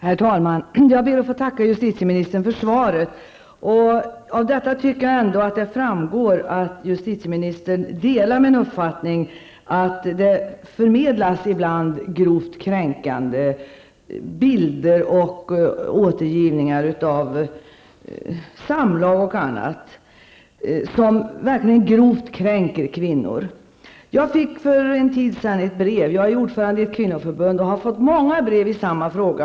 Herr talman! Jag ber att få tacka justitieministern för svaret. Av svaret framgår att justitieministern delar min uppfattning att det ibland förmedlas grovt kränkande bilder och återgivningar av samlag osv. Sådant kan verkligen grovt kränka kvinnor. För en tid sedan fick jag ett brev. Jag är ordförande i ett kvinnoförbund, och jag har fått många brev i samma fråga.